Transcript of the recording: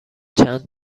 چند